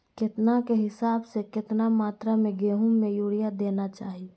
केतना के हिसाब से, कितना मात्रा में गेहूं में यूरिया देना चाही?